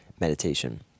meditation